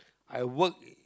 I worked